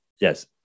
yes